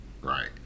right